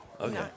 okay